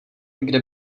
kde